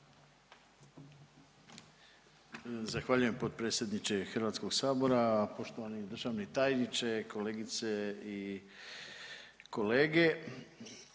Zahvaljujem potpredsjedniče Hrvatskog sabora. Poštovani državni tajniče Zakon